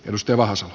ystävänsä